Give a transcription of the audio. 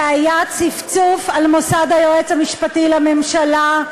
זה היה צפצוף על מוסד היועץ המשפטי לממשלה.